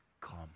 come